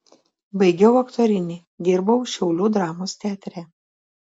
baigiau aktorinį dirbau šiaulių dramos teatre